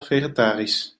vegetarisch